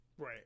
right